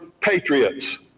patriots